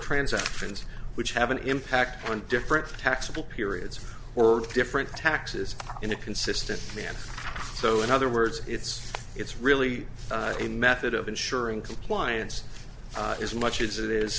transactions which have an impact on different taxable periods or different taxes in a consistent manner so in other words it's it's really a method of ensuring compliance as much as it is